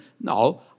no